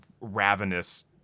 ravenous